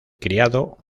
criado